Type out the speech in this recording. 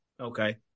Okay